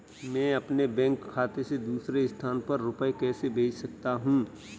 मैं अपने बैंक खाते से दूसरे स्थान पर रुपए कैसे भेज सकता हूँ?